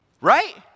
Right